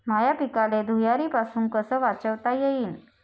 माह्या पिकाले धुयारीपासुन कस वाचवता येईन?